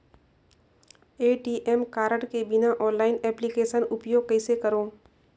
ATM card के बिना online application उपयोग कइसे करो?